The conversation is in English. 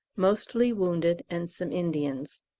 mostly wounded and some indians.